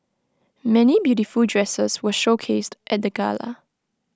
many beautiful dresses were showcased at the gala